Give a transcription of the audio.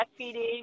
breastfeeding